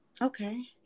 Okay